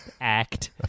Act